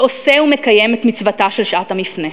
ועושה ומקיים את מצוותה של שעת המפנה".